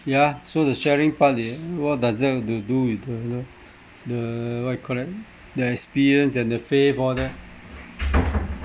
yeah so the sharing part it what does it have to do with the you know the what you call that their experience and the faith all that